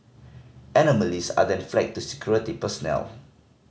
anomalies are then flagged to security personnel